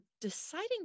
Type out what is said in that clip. deciding